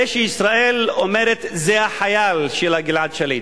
הרי ישראל אומרת, זה החייל שלה, גלעד שליט.